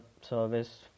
service